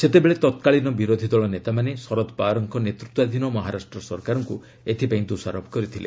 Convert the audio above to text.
ସେତେବେଳେ ତତ୍କାଳୀନ ବିରୋଧୀଦଳମାନେ ଶରଦ ପାୱାରଙ୍କ ନେତୃତ୍ୱାଧୀନ ମହାରାଷ୍ଟ୍ର ସରକାରଙ୍କୁ ଏଥିପାଇଁ ଦୋଷାରୋପ କରିଥିଲେ